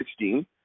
2016